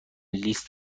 لیست